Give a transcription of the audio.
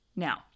Now